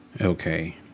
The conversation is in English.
Okay